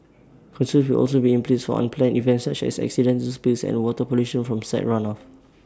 controls will also be in place unplanned events such as accidental spills and water pollution from site run off